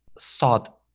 thought